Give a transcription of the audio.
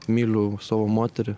myliu savo moterį